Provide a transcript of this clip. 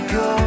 go